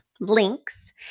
links